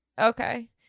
okay